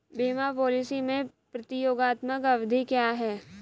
बीमा पॉलिसी में प्रतियोगात्मक अवधि क्या है?